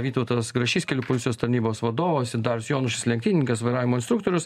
vytautas grašys kelių policijos tarnybos vadovas ir darius jonušis lenktynininkas vairavimo instruktorius